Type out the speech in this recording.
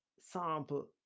sample